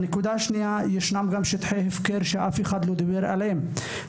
בעיה נוספת שאף אחד לא מדבר עליה היא שטחי ההפקר,